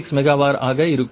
46 mega வர் ஆக இருக்கும்